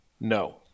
no